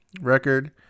record